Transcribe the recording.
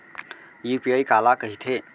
UPI काला कहिथे?